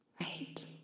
right